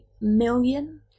million